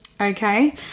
Okay